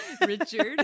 Richard